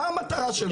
מה המטרה שלו?